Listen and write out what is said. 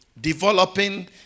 Developing